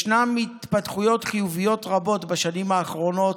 ישנן התפתחויות חיוביות רבות בשנים האחרונות,